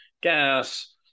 gas